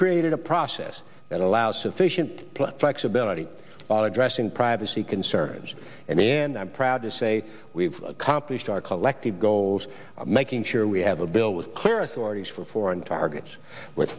created a process that allows sufficient flexibility on addressing privacy concerns and then i'm proud to say we've accomplished our collective goals making sure we have a bill with clear authorities for foreign targets w